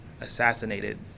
assassinated